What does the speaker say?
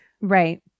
Right